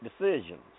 decisions